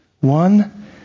One